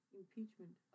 impeachment